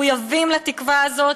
מחויבים לתקווה הזאת.